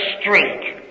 street